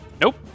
Nope